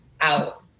out